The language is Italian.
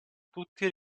tutti